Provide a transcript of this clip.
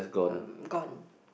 um gone